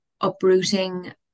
uprooting